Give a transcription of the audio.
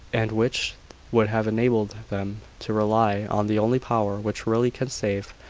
and which would have enabled them to rely on the only power which really can save,